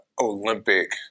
Olympic